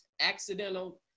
accidental